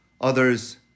others